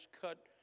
cut